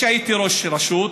כשהייתי ראש רשות,